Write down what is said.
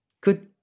good